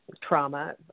trauma